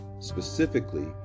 Specifically